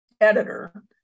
editor